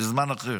בזמן אחר.